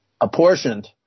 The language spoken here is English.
apportioned